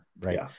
right